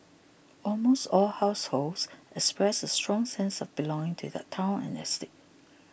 almost all households expressed a strong sense of belonging to their town and estate